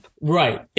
Right